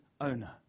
owner